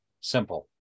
Simple